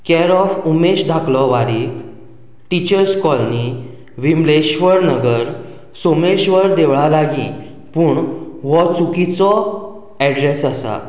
care of Umesh धाकलो वारी teachers colony Vimleshwar Nagar Someshwar देवळा लागीं पूण व्हो चुकीचो एड्रॅस आसा